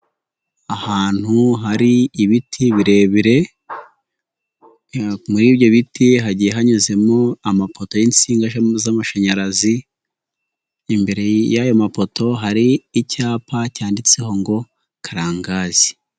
Ahantu hari ibiti birebire, muri ibyo biti hagiye hanyuzemo amapoto y'insinga z'amashanyarazi, imbere y'ayo mafoto hari icyapa cyanditseho ngo Karangazi.